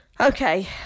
Okay